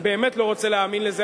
אני באמת לא רוצה להאמין לזה,